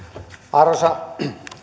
arvoisa